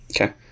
okay